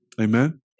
Amen